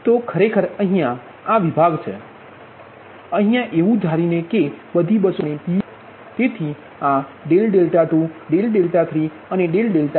તો ખરેખર અહીંયા વિભાગ છે અહીંયા એવું ધારીને કે બધી બસો અહીયા PQ બસ છે પાછળથી આપણે PV બસ જોઇશુ